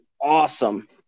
awesome